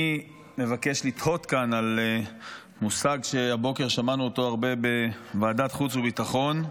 אני מבקש לתהות כאן על מושג שהבוקר שמענו הרבה בוועדת החוץ והביטחון,